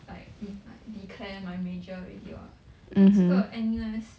like mm like declare my major already [what] then 这个